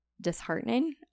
disheartening